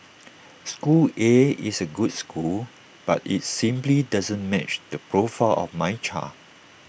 school A is A good school but IT simply doesn't match the profile of my child